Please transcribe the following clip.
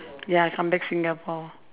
ya come back singapore